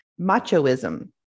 machoism